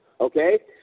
Okay